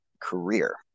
career